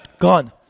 Gone